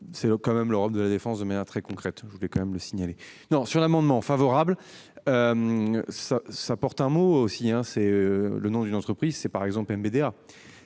C'est le quand même l'Europe de la défense de manière très concrète, je voulais quand même le signaler. Non sur l'amendement favorable. Ça porte un mot aussi hein c'est le nom d'une entreprise, c'est par exemple MBDA